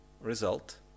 result